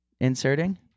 inserting